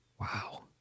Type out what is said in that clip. wow